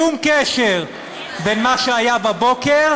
שום קשר בין מה שהיה בבוקר,